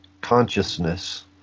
consciousness